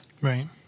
Right